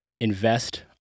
invest